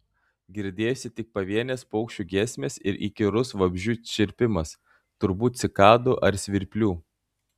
girdėjosi tik pavienės paukščių giesmės ir įkyrus vabzdžių čirpimas turbūt cikadų ar svirplių